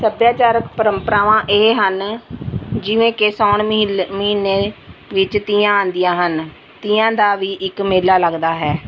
ਸੱਭਿਆਚਾਰਕ ਪ੍ਰੰਪਰਾਵਾਂ ਇਹ ਹਨ ਜਿਵੇਂ ਕਿ ਸਾਉਣ ਮਹੀਲ ਮਹੀਨੇ ਵਿੱਚ ਤੀਆਂ ਆਉਂਦੀਆਂ ਹਨ ਤੀਆਂ ਦਾ ਵੀ ਇੱਕ ਮੇਲਾ ਲੱਗਦਾ ਹੈ